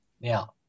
Now